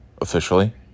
Officially